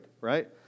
right